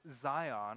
Zion